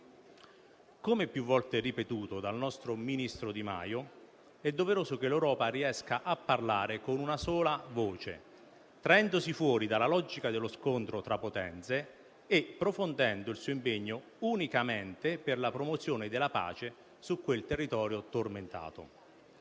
Come più volte ripetuto dal nostro ministro Di Maio, è doveroso che l'Europa riesca a parlare con una sola voce, traendosi fuori dalla logica dello scontro tra potenze e profondendo il suo impegno unicamente per la promozione della pace su quel territorio tormentato.